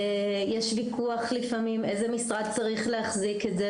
יש לפעמים ויכוח על איזה משרד צריך להחזיק את זה.